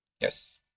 Yes